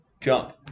jump